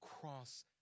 cross